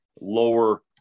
lower